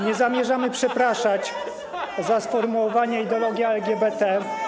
Nie zamierzamy przepraszać za sformułowanie: ideologia LGBT.